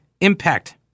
Impact